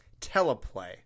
teleplay